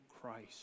Christ